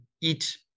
eat